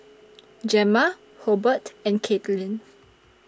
Gemma Hobert and Katlynn